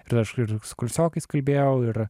ir aš ir su kursiokais kalbėjau ir